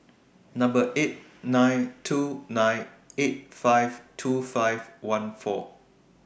eight nine two nine eight five two five one four